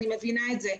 אני מבינה את זה,